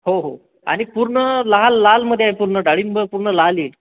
हो हो आणि पूर्ण लाल लालमध्ये आहे डाळींब पूर्ण लाल आहे